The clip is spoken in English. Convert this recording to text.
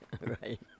right